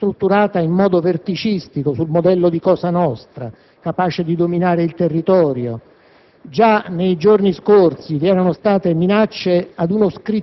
Si tratta di un'organizzazione camorristica strutturata in modo verticistico, sul modello di Cosa nostra, capace di dominare il territorio.